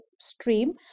stream